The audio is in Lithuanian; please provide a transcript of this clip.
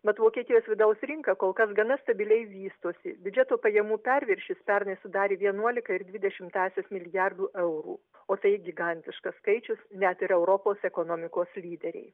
bet vokietijos vidaus rinka kol kas gana stabiliai vystosi biudžeto pajamų perviršis pernai sudarė vienuolika ir dvi dešimtąsias milijardų eurų o tai gigantiškas skaičius net ir europos ekonomikos lyderei